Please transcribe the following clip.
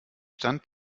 stand